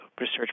research